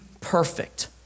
perfect